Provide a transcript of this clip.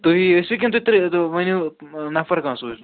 تُہی ٲسوٕ کِنہٕ ترٛےٚ دۅہہ ؤنو نفر کانٛہہ سوٗزۍہوٗن